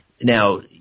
now